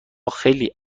خیلی